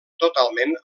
totalment